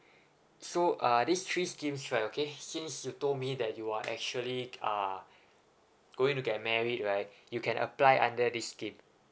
so uh these three schemes right okay since you told me that you are actually uh going to get married right you can apply under this scheme